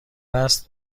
است